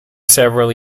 several